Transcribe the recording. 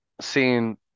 seeing